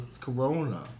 corona